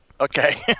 okay